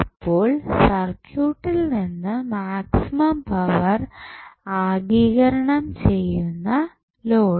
അപ്പോൾ സർക്യൂട്ടിൽ നിന്ന് മാക്സിമം പവർ ആഗികരണം ചെയ്യുന്ന ലോഡ്